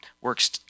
works